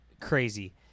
Crazy